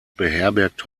beherbergt